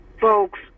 folks